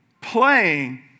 playing